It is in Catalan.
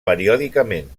periòdicament